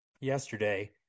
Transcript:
yesterday